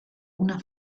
una